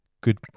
good